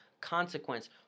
consequence